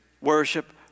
worship